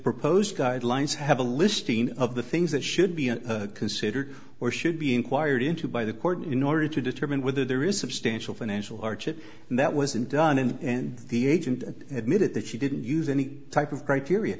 proposed guidelines have a listing of the things that should be a considered or should be inquired into by the court in order to determine whether there is substantial financial hardship and that wasn't done and the agent admitted that she didn't use any type of criteria